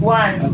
one